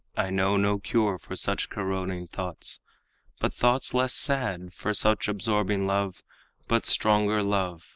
i know no cure for such corroding thoughts but thoughts less sad, for such absorbing love but stronger love